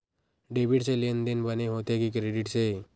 Debit से लेनदेन बने होथे कि क्रेडिट से?